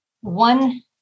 One